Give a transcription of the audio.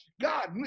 God